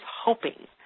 hoping